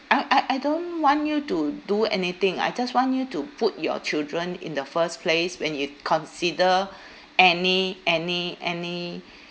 I I I don't want you to do anything I just want you to put your children in the first place when you consider any any any